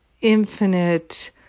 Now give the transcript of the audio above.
infinite